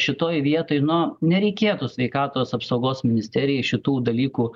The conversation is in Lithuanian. šitoj vietoj nu nereikėtų sveikatos apsaugos ministerijai šitų dalykų